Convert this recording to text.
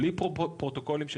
בלי פרוטוקולים שנחשפים,